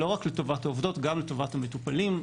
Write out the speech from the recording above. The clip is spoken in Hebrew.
לא רק לטובת העובדות, גם לטובת המטופלים.